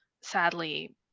sadly